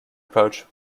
approach